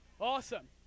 Awesome